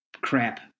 crap